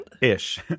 Ish